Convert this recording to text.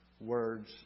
words